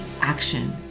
action